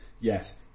yes